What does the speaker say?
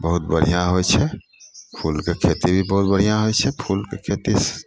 बहुत बढ़िआँ होइ छै फूलके खेती भी बहुत बढ़िआँ होइ छै फूलके खेती